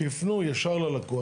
שיפנו ישר ללקוח.